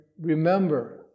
remember